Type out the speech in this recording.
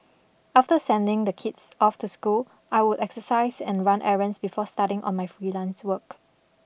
after sending the kids off to school I would exercise and run errands before starting on my freelance work